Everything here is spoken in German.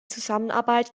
zusammenarbeit